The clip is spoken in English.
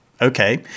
Okay